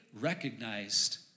recognized